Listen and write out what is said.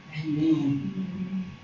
Amen